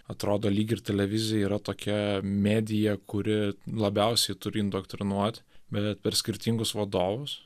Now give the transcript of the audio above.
atrodo lyg ir televizija yra tokia medija kuri labiausiai turi indoktrinuot bet per skirtingus vadovus